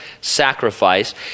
sacrifice